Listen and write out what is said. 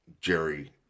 jerry